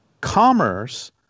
commerce